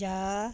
ਜਾ